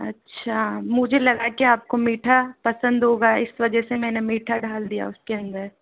अच्छा मुझे लगा कि आपको मीठा पसंद होगा इस वजह से मैंने मीठा डाल दिया उसके अंदर